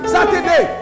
Saturday